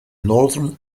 northern